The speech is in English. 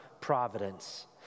providence